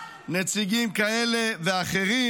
נציגים כאלה ואחרים.